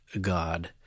God